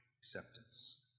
acceptance